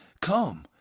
Come